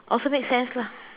oh so make sense lah